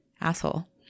asshole